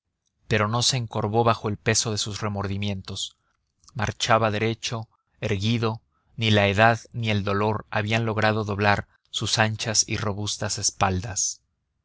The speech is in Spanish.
pero no se encorvó bajo el peso de sus remordimientos marchaba derecho erguido ni la edad ni el dolor habían logrado doblar sus anchas y robustas espaldas